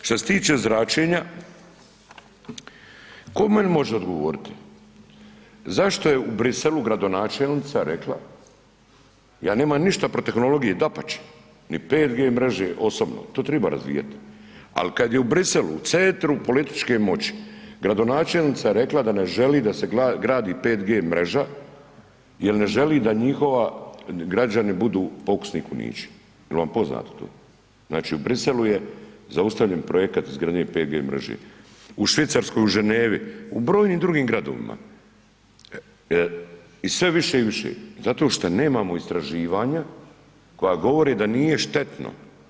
Šta se tiče zračenja, 'ko meni može odgovoriti zašto je u Bruxelles-u gradonačelnica rekla, ja nemam ništa protiv tehnologije, dapače, ni 5G mreže, osobno, to triba razvijati, ali kad je u Bruxelles-u, u centru političke moći, gradonačelnica rekla da ne želi da se gradi 5G mreža jer ne želi da njihovi građani budu pokusni kunići, jel vam poznato to?, znači u Bruxelles-u je zaustavljen projekat izgradnje 5G mreže, u Švicarskoj u Geneva-i, u brojnim drugim gradovima, i sve više i više, zato šta nemamo istraživanja koja govore da nije štetno.